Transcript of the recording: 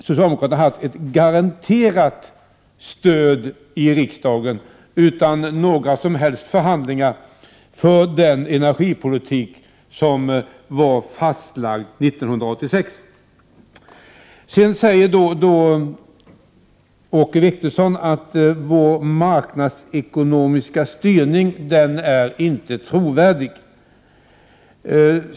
Socialdemokraterna har haft ett garanterat stöd i riksdagen, utan några som helst förhandlingar, för den energipolitik som var fastlagd 1986. Sedan säger Åke Wictorsson att vår marknadsekonomiska styrning inte är trovärdig.